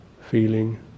feeling